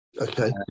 okay